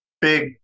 big